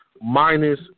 minus